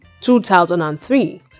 2003